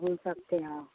घूम सकते हैं आप